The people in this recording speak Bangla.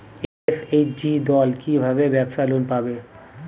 এস.এইচ.জি দল কী ভাবে ব্যাবসা লোন পাবে?